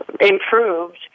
improved